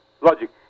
logic